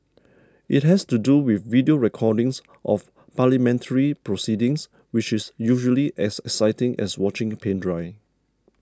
it has to do with video recordings of parliamentary proceedings which is usually as exciting as watching paint dry